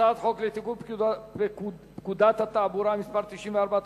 הצעת חוק לתיקון פקודת התעבורה (מס' 94),